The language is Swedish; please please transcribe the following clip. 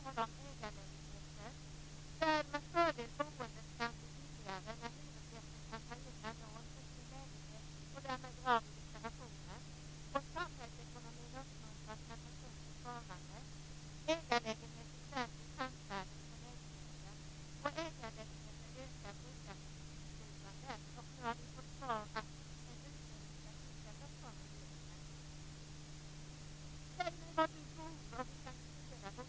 Han talade om ägarlägenheter, där med fördel boendet kan bli billigare när hyresgästen kan ta egna lån för sin lägenhet och därmed dra av i deklarationen. Samhällsekonomin uppmuntras med ett personligt sparande. Ägarlägenheter stärker pantvärdet för lägenheten. Ägarlägenheter ökar brukarinflytandet. Nu har vi fått svar att en utredning ska tillsättas av regeringen. Säg mig var du bor och vi kan diskutera bostadspolitiken.